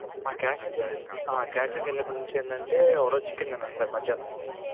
catering catering వెళ్ళినప్పటి నుంచి ఏంటంటే ఒక రోజు చికెన్ తిన్నాను సార్ మధ్యాహ్నము